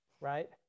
right